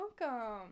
welcome